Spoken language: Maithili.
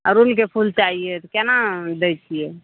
अड़हुलके फूल चाहिये तऽ केना दै छियै